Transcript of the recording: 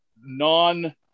non